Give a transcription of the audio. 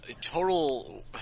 total